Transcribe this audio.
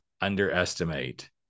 underestimate